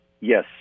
yes